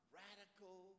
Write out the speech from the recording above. radical